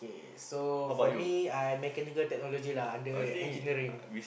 okay so for me I Mechanical-Technology lah under engineering